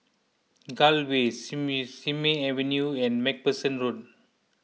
Gul Way Simei Simei Avenue and MacPherson Road